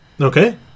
okay